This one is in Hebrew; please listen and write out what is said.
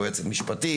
בתור יועצת משפטית,